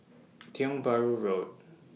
Tiong Bahru Road